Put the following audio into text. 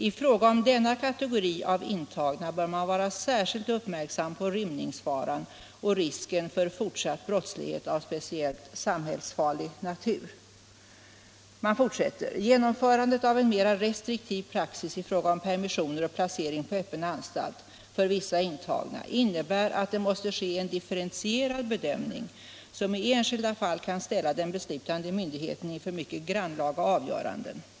I fråga om denna kategori av intagna bör man vara särskilt uppmärksam på rymningsfaran och risken för fortsatt brottslighet av speciellt samhällsfarlig natur.” Man fortsätter: ”Genomförandet av en mera restriktiv praxis i fråga om permissioner och placering på öppen anstalt för vissa intagna innebär att det måste ske en differentierad bedömning som i enskilda fall kan ställa den beslutande myndigheten inför mycket grannlaga avgöranden.